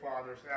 fathers